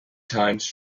times